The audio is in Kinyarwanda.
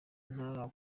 nta